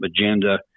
agenda